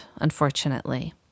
Unfortunately